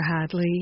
Hadley